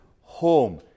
home